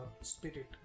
spirit